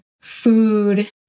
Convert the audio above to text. food